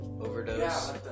overdose